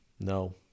No